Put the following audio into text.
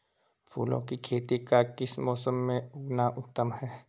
फूलों की खेती का किस मौसम में उगना उत्तम है?